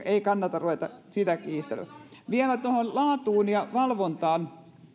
ei kannata ruveta siitä kiistelemään vielä laatuun ja valvontaan